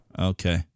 Okay